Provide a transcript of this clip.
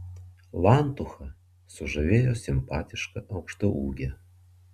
lantuchą sužavėjo simpatiška aukštaūgė